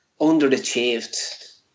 underachieved